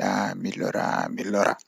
torooji ngam ɓurnde nder cuɓoraaɗi.